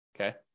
Okay